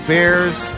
Bears